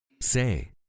Say